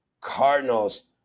Cardinals